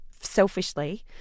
selfishly